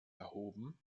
erhoben